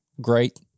Great